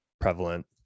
prevalent